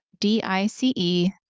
D-I-C-E